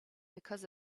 because